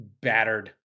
battered